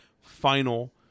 final